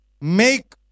make